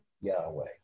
Yahweh